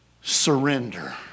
surrender